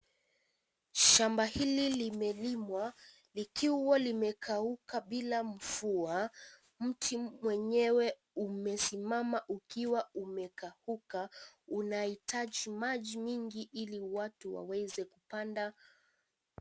Shamba hili limelimwa likiwa limekauka bila mvua, mti mwenyewe umesimama ukiwa umeumekauka unahitaji maji mengi ili watu waweze kupanda.